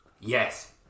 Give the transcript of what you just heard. Yes